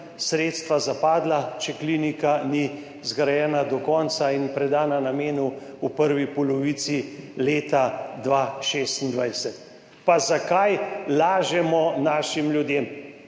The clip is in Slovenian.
sredstva zapadla, če klinika ni zgrajena do konca in predana namenu v prvi polovici leta 2026. Pa zakaj lažemo našim ljudem?!